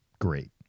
Great